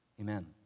amen